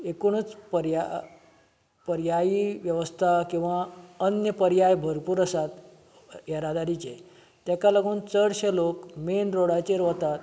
एकुणूच पर्या पर्यायी वेवस्था किंवा अन्य पर्याय भरपूर आसात येरादारीचे ताका लागून चडशे लोक मेन रोडाचेर वतात